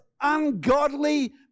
ungodly